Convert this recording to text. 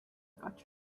got